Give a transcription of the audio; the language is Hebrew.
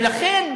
ולכן,